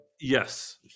Yes